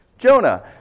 Jonah